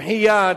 במחי יד,